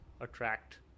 attract